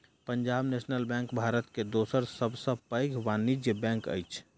Punjab National Bank Bharat के दोसर सब सॅ पैघ वाणिज्य बैंक अछि